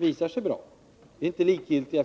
Vi är inte likgiltiga.